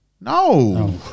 No